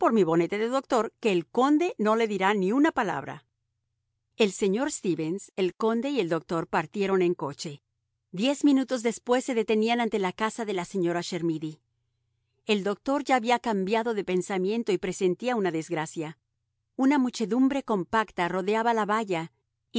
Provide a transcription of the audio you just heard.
mi bonete de doctor que el conde no le dirá ni una palabra el señor stevens el conde y el doctor partieron en coche diez minutos después se detenían ante la casa de la señora chermidy el doctor ya había cambiado de pensamiento y presentía una desgracia una muchedumbre compacta rodeaba la valla